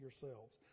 yourselves